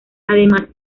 además